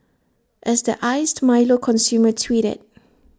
as the iced milo consumer tweeted